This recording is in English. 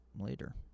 later